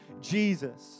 Jesus